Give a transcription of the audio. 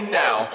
now